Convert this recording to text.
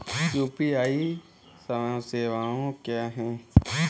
UPI सवायें क्या हैं?